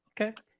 okay